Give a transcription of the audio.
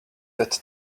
that